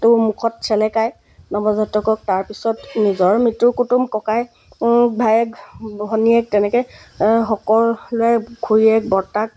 তো মুখত চেলেকায় নৱজাতকক তাৰপিছত নিজৰ মিতিৰ কুটুম ককাই ভায়েক ভনীয়েক তেনেকৈ সকলোৱে খুৰীয়েক বৰ্তাক